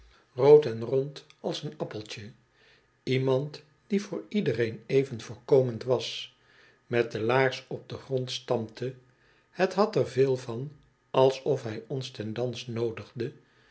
rood en rond als een appeltje iemand die voor iedereen even voorkomend was met de laars op den grond stampte het had er veel van alsof hij ons ten dans noodigde